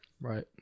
Right